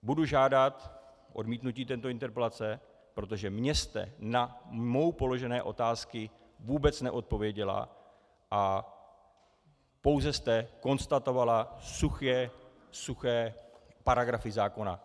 Budu žádat odmítnutí této interpelace, protože mně jste na mnou položené otázky vůbec neodpověděla a pouze jste konstatovala suché, suché paragrafy zákona.